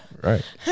Right